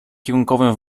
kierunkowym